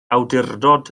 awdurdod